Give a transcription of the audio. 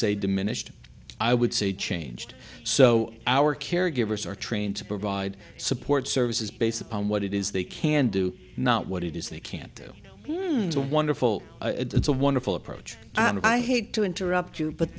say diminished i would say changed so our caregivers are trained to provide support services based upon what it is they can do not what it is they can do a wonderful it's a wonderful approach and i hate to interrupt you but